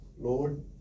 Lord